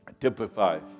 typifies